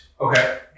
Okay